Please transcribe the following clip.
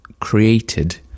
created